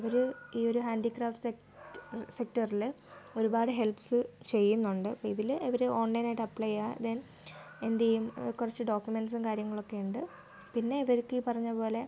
അവർ ഈ ഒരു handicrafts sect സെക്ടറിൽ ഒരുപാട് ഹെൽപ്സ് ചെയ്യുന്നുണ്ട് അപ്പോൾ ഇതിൽ അവർ ഓൺലൈൻ ആയിട്ട് അപ്ലൈ ചെയ്യുക ദെൻ എന്തു ചെയ്യും കുറച്ച് ഡോക്യുമെൻറ്റ്സും കാര്യങ്ങളൊക്കെ ഉണ്ട് പിന്നെ ഇവർക്ക് ഈ പറഞ്ഞതു പോലെ